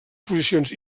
exposicions